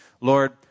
Lord